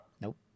Nope